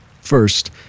First